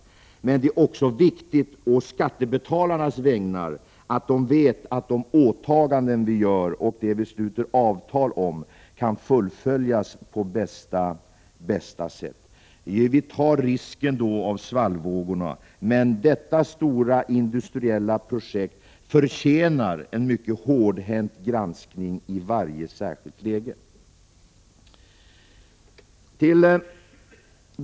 Men det är också viktigt att skattebetalarna vet att de åtaganden vi gör och det vi sluter avtal om kan fullföljas på bästa sätt. Vi tar risken av svallvågorna. Detta stora industriella projekt förtjänar en mycket hårdhänt granskning i varje särskilt läge.